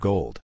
Gold